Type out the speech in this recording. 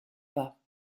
pas